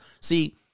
See